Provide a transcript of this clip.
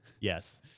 Yes